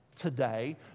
Today